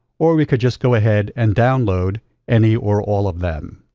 or we could just go ahead and download any or all of them.